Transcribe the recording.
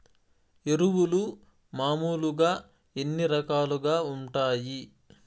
ఎరువులు మామూలుగా ఎన్ని రకాలుగా వుంటాయి?